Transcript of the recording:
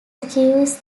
achieves